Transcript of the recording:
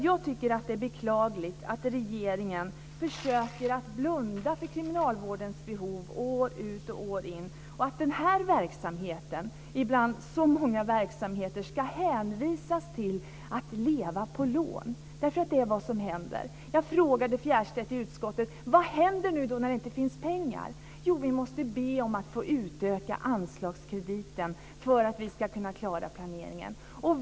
Jag tycker att det är beklagligt att regeringen försöker blunda för kriminalvårdens behov år ut och år in. Det är beklagligt att den här verksamheten, bland så många verksamheter, ska hänvisas till att leva på lån. Det är vad som händer. Jag frågade Fjärstedt i utskottet: Vad händer nu då, när det inte finns pengar? Han svarade: Vi måste be om att få utöka anslagskrediten för att vi ska kunna klara planeringen.